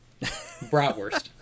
Bratwurst